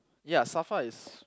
ya Safra is